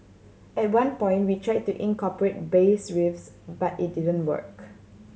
at one point we tried to incorporate bass riffs but it didn't work